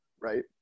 Right